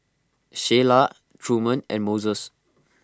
Sheila Truman and Moses